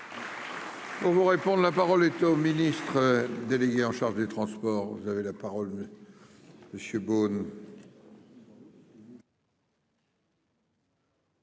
On vous répondre, la parole est au ministre délégué en charge des transports, vous avez la parole monsieur Boon.